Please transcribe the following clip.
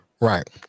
right